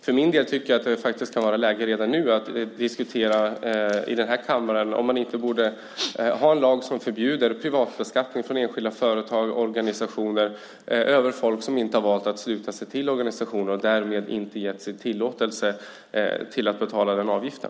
För min del tycker jag att det kan vara läge redan nu att i den här kammaren diskutera om man inte borde ha en lag som förbjuder privatbeskattning från enskilda företag och organisationer av människor som inte har valt att sluta sig till organisationerna och därmed inte har gett sin tillåtelse till att man ska ta ut avgifter.